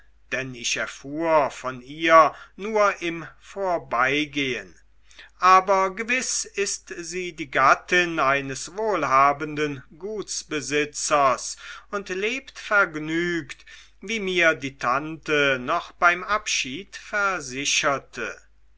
denn ich erfuhr von ihr nur im vorbeigehen aber gewiß ist sie die gattin eines wohlhabenden gutsbesitzers und lebt vergnügt wie mir die tante noch beim abschied versicherte